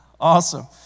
Awesome